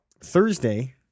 Thursday